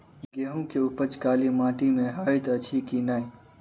गेंहूँ केँ उपज काली माटि मे हएत अछि की नै?